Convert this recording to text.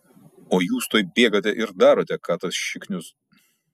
o jūs tuoj bėgate ir darote ką tas šiknius